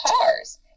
cars